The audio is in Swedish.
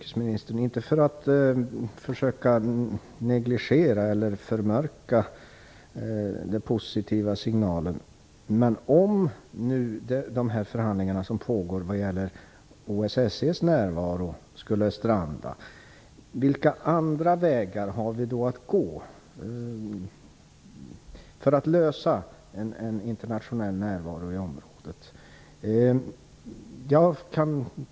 Jag ställer den inte för att försöka negligera eller förmörka de positiva signalerna. Vilka andra vägar har vi att gå för att få till stånd en internationell närvaro i området om förhandlingarna vad gäller OSSE:s närvaro skulle stranda?